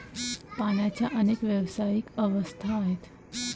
पाण्याच्या अनेक नैसर्गिक अवस्था आहेत